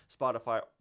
Spotify